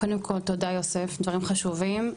קודם כל תודה יוסף, דברים חשובים.